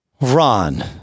Ron